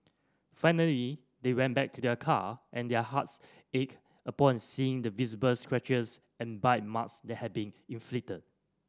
finally they went back to their car and their hearts ached upon seeing the visible scratches and bite marks that had been inflicted